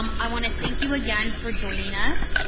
um i wanna thank you again for joining us.